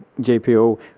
JPO